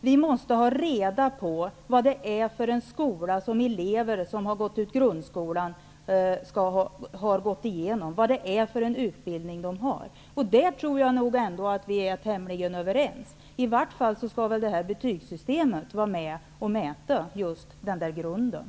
Vi måste ha reda på vad det är för en skola som elever som har gått ut grundskolan har gått igenom och vilken utbildning de har. Jag tror att vi är tämligen överens om detta. Det här betygssystemet skall väl i alla fall vara med och mäta i grunden.